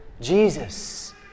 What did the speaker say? Jesus